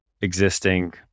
existing